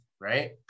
right